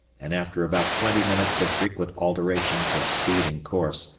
and, after about twenty minutes of frequent alterations of speed and course,